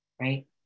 right